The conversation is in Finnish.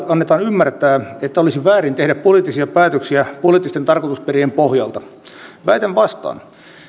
annetaan ymmärtää että olisi väärin tehdä poliittisia päätöksiä poliittisten tarkoitusperien pohjalta väitän vastaan